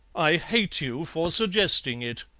i hate you for suggesting it